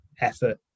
effort